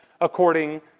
according